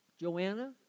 Joanna